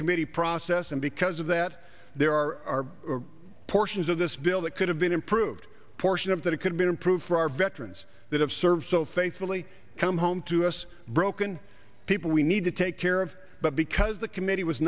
committee process and because of that there are portions of this bill that could have been improved portion of that it could be improved for our veterans that have served so faithfully come home to us broken people we need to take care of but because the committee was